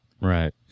right